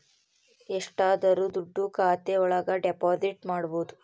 ಎಷ್ಟಾದರೂ ದುಡ್ಡು ಖಾತೆ ಒಳಗ ಡೆಪಾಸಿಟ್ ಮಾಡ್ಬೋದು